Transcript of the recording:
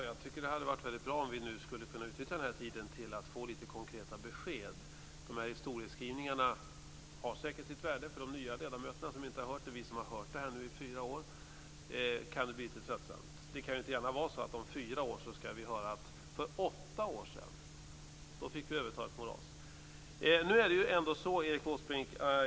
Fru talman! Det hade varit väldigt bra om vi hade kunnat utnyttja den här tiden till att få konkreta besked. Historieskrivningarna har säkert sitt värde för de nya ledamöter som inte har hört det, men för oss som har hört det här i fyra år kan det bli litet tröttsamt. Det kan gärna inte vara så att vi om fyra år skall få höra att ni för åtta år sedan fick överta ett moras.